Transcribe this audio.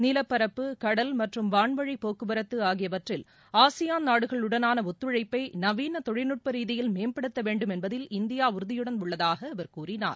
நிலப்பரப்பு கடல் மற்றும் வான்வழி போக்குவரத்து ஆகியவற்றில் ஆசியான் நாடுகளுடனான ஒத்துழைப்பை நவீன தொழில்நுட்ப ரீதியில் மேம்படுத்த வேண்டும் என்பதில் இந்தியா உறுதியுடன் உள்ளதாக அவர் கூறினார்